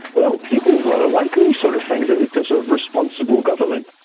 well, people rather like these sort of things it's a sort of responsible government.